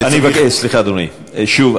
סליחה, אדוני, שוב.